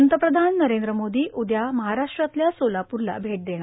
पंतप्रधान नरेंद्र मोदी उद्या महाराष्ट्रातल्या सोलापूरला भेट देणार